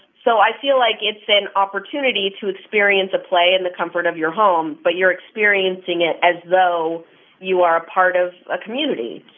so i feel like it's an opportunity to experience a play in the comfort of your home, but you're experiencing it as though you are a part of a community.